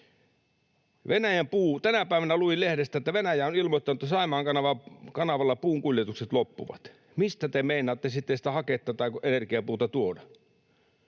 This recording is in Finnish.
Tänä päivänä luin lehdestä, että Venäjä on ilmoittanut, että Saimaan kanavalla puun kuljetukset loppuvat. Mistä te meinaatte sitten sitä haketta tai energiapuuta tuoda?